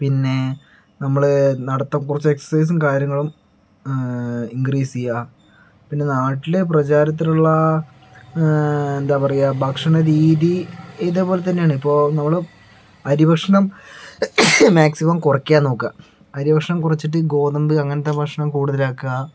പിന്നെ നമ്മൾ നടത്തം കുറച്ച് എക്സ്ർസൈസും കാര്യങ്ങളും ഇൻക്രീസ് ചെയ്യുക പിന്നെ നാട്ടിൽ പ്രചാരത്തിലുള്ള എന്താ പറയുക ഭക്ഷണ രീതി ഇതുപോലെ തന്നെയാണ് ഇപ്പോൾ നമ്മൾ അരി ഭക്ഷണം മാക്സിമം കുറയ്ക്കാൻ നോക്കുക അരി ഭക്ഷണം കുറച്ചിട്ട് ഗോതമ്പ് അങ്ങനത്തെ ഭക്ഷണം കൂടുതൽ ആക്കുക